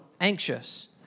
anxious